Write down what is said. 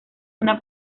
una